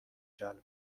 جلب